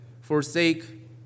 forsake